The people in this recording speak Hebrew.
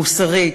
מוסרית,